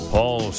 Paul